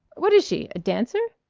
what is she a dancer?